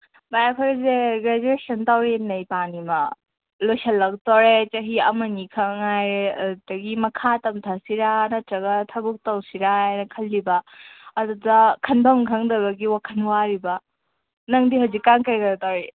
ꯚꯥꯏ ꯑꯩꯈꯣꯏꯁꯦ ꯒ꯭ꯔꯦꯖ꯭ꯌꯨꯑꯦꯁꯟ ꯇꯧꯔꯤꯅꯦ ꯂꯣꯏꯁꯤꯜꯂꯛꯇꯣꯔꯦ ꯆꯍꯤ ꯑꯃꯅꯤ ꯈꯛ ꯉꯥꯏꯔꯦ ꯑꯗꯨꯗꯒꯤ ꯃꯈꯥ ꯇꯝꯊꯁꯤꯔꯥ ꯅꯠꯇ꯭ꯔꯒ ꯊꯕꯛ ꯇꯧꯁꯤꯔꯥ ꯍꯥꯏꯅ ꯈꯜꯂꯤꯕ ꯑꯗꯨꯗ ꯈꯟꯐꯝ ꯈꯪꯗꯕꯒꯤ ꯋꯥꯈꯜ ꯋꯥꯔꯤꯕ ꯅꯪꯗꯤ ꯍꯧꯖꯤꯛꯀꯥꯟ ꯀꯩ ꯀꯩ ꯇꯧꯔꯤ